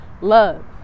love